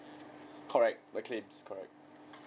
correct the claims correct